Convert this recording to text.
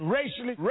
Racially